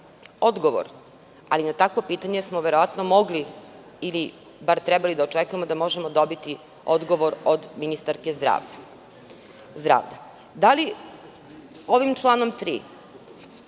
odgovor, ali na takvo pitanje smo verovatno mogli ili bar trebali da očekujemo da možemo dobiti odgovor od ministarke zdravlja. Da li ovim članom 3.